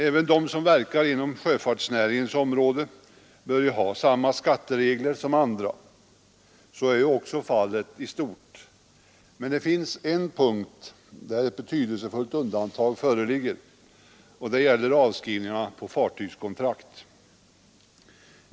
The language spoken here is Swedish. Även de som verkar inom sjöfartsnäringarna bör ju ha samma skatteregler som andra. Så är också fallet i stort, men det finns en punkt där ett betydelsefullt undantag föreligger, och det gäller avskrivningarna på fartygskontrakt.